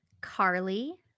Carly